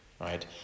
right